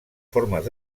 formes